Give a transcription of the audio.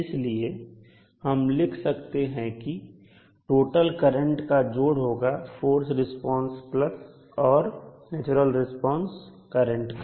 इसलिए हम लिख सकते हैं कि टोटल करंट जोड़ होगा फोर्स रिस्पांस करंट और नेचुरल रिस्पांस करंट का